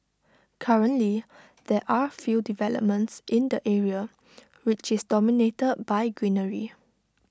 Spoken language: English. currently there are few developments in the area which is dominated by greenery